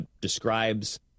describes